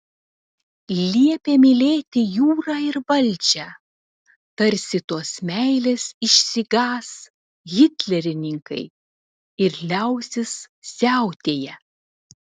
liepė mylėti jūrą ir valdžią tarsi tos meilės išsigąs hitlerininkai ir liausis siautėję